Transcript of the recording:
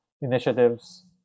initiatives